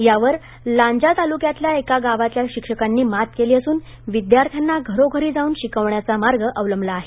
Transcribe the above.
त्यावर लांजा तालुक्यातल्या एका गावातल्या शिक्षकांनी मात केली असून विद्यार्थ्यांना घरोघरी जाऊन शिकविण्याचा मार्ग अवलंबिला आहे